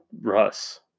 Russ